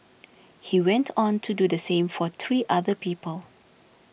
he went on to do the same for three other people